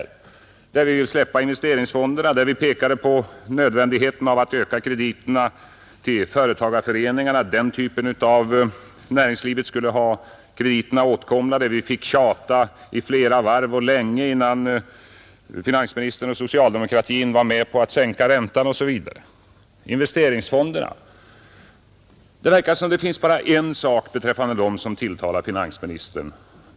Vi har sagt att vi vill släppa investeringsfonderna, vi har pekat på nödvändigheten av att öka krediterna till företagarföreningarna. Den typen av näringslivet skulle ha krediterna åtkomliga. Vi fick tjata i flera varv och länge, innan finansministern och socialdemokratin var med på att sänka räntan, osv. Beträffande investeringsfonderna verkar det som om bara en sak tilltalar finansministern.